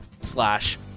slash